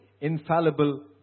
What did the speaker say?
infallible